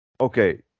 Okay